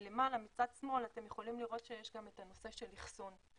מצד שמאל אתם יכולים לראות שיש גם נושא של אחסון.